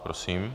Prosím.